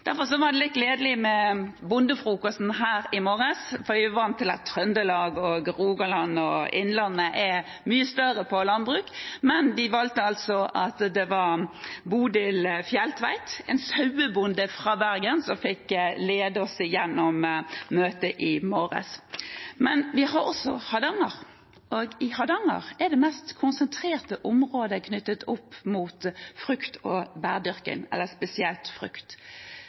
Derfor var det gledelig med bondefrokosten her i morges. Vi er vant med at Trøndelag, Rogaland og Innlandet er mye større på landbruk, men man valgte altså ut Bodil Fjelltveit, en sauebonde fra Bergen, som fikk lede oss gjennom møtet i morges. Vi har også Hardanger, og i Hardanger er mesteparten av området konsentrert om frukt- og bærdyrking og spesielt